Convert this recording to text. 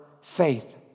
faith